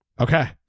okay